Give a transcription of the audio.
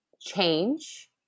change